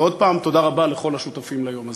ועוד פעם, תודה רבה לכל השותפים ליום הזה.